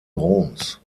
roms